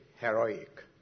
heroic